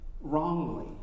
wrongly